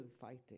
fighting